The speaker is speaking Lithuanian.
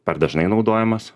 per dažnai naudojamas